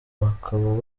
bakaba